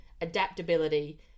adaptability